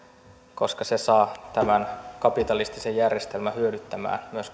koska se saa tämän kapitalistisen järjestelmän hyödyttämään myös